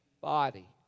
body